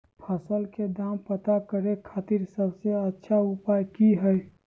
फसल के दाम पता करे खातिर सबसे अच्छा उपाय की हय?